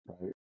right